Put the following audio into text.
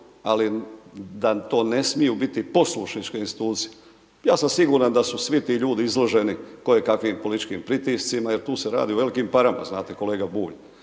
ali da to ne smiju biti poslušničke institucije. Ja sam siguran da su svi ti ljudi izloženi koje kakvim političkim pritiscima jer tu se radi o velikim parama, znate kolega Bulj,